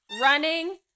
running